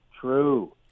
true